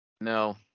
No